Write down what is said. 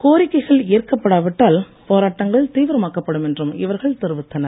கோரிக்கைகள் ஏற்கப்படாவிட்டால் போராட்டங்கள் தீவிரமாக்கப்படும் என்றும் இவர்கள் தெரிவித்தனர்